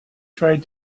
tried